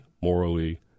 morally